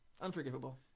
Unforgivable